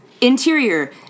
Interior